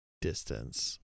distance